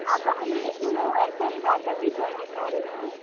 हाँ बहन लेकिन वो ऐसा था तभी तो मैं कह रही हूँ